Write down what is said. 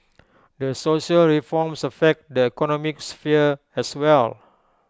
these social reforms affect the economic sphere as well